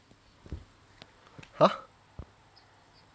!huh!